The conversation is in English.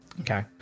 Okay